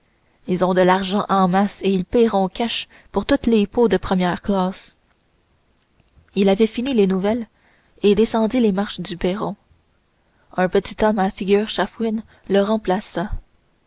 ils ont de l'argent en masse et ils payeront cash pour toutes les peaux de première classe il avait fini les nouvelles et descendit les marches du perron un petit homme à figure chafouine le remplaça